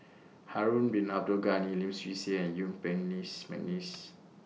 Harun Bin Abdul Ghani Lim Swee Say and Yuen Peng Neice Mcneice